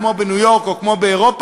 כמו בניו-יורק או כמו באירופה,